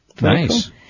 Nice